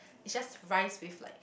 it's just rice with like